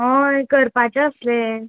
हय करपाचें आसलें